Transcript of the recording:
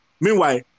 Meanwhile